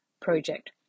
project